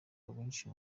abenshi